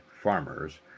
farmers